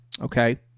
Okay